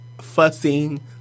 fussing